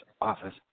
office